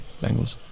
Bengals